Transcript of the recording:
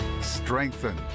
strengthen